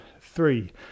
three